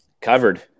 covered